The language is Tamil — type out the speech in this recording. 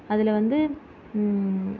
அதில் வந்து